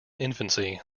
infancy